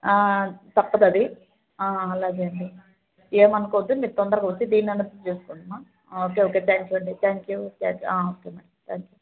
తప్పదది అలాగే అండి ఏమనుకోవద్దు మీరు తొందరగా వస్తే దీన్నయినా బుక్ చేసుకోండిమా ఓకే ఓకే థ్యాంక్ యూ అండీ thank you thank you okay madam thank you